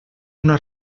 una